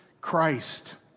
Christ